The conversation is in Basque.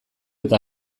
eta